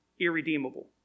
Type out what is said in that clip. irredeemable